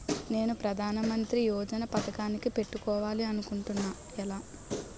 నేను ప్రధానమంత్రి యోజన పథకానికి పెట్టుకోవాలి అనుకుంటున్నా ఎలా?